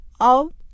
out